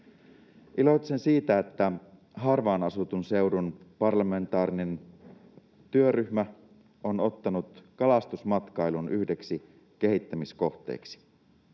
Iloitsen siitä, että harvaan asutun seudun parlamentaarinen työryhmä on ottanut kalastusmatkailun yhdeksi kehittämiskohteeksi.